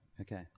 Okay